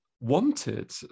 wanted